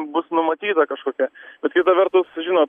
bus numatyta kažkokia bet kita vertus žinot